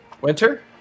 Winter